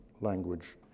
language